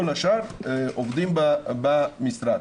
כל השאר עובדים מהמשרד.